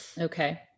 Okay